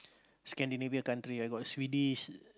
Scandinavian countries I got Swedish